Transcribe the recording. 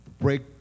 break